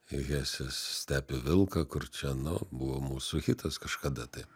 hesės stepių vilką kur čia nu buvo mūsų hitas kažkada tai